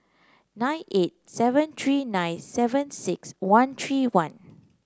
nine eight seven three nine seven six one three one